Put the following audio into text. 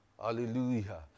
Hallelujah